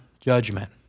judgment